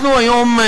אנחנו היום,